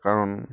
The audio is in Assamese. কাৰণ